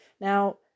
Now